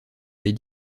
les